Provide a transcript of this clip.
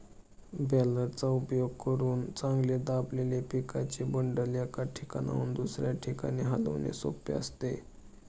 बॅलरचा उपयोग करून चांगले दाबलेले पिकाचे बंडल, एका ठिकाणाहून दुसऱ्या ठिकाणी हलविणे सोपे असते